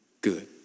good